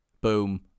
Boom